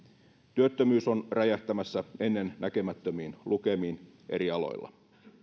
työttömyys on räjähtämässä ennennäkemättömiin lukemiin eri aloilla